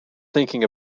thinking